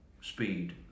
speed